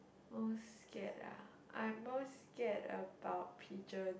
most scared ah I'm most scared about pigeon